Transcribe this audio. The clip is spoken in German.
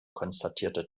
konstatierte